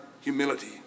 humility